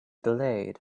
delayed